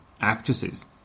actresses